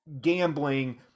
gambling